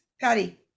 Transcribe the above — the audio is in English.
Patty